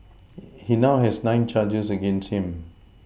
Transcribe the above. he now has nine charges against him